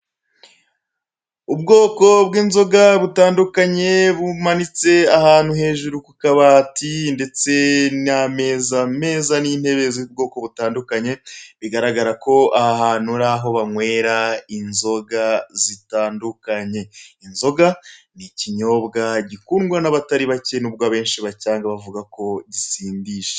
Ubwoko bw'inzoga butandukanye, bumanitse ahantu hejuru ku kabati ndetse n'ameza meza n'intebe z'ubwoko butandukanye, bigaragara ko aha hantu ari aho banywera inzoga zitandukanye. Inzoga, ikinyobwa gikundwa n'abatari bake nubwo abenshi bacyanga bavuga ko gisindisha.